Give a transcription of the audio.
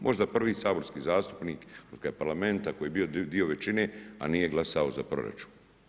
Možda prvi saborski zastupnik otkada je Parlamenta koji je bio dio većine a nije glasao za proračun.